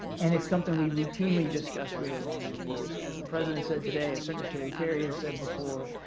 and it's something we routinely discuss with iranian leaders. as the president said today, as secretary kerry has said before,